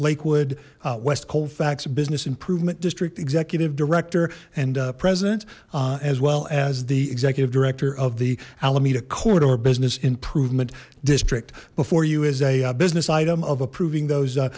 lakewood west colfax business improvement district executive director and president as well as the executive director of the alameda corridor business improvement district before you as a business item of approving those